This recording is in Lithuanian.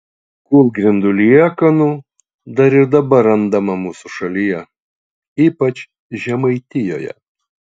kūlgrindų liekanų dar ir dabar randama mūsų šalyje ypač žemaitijoje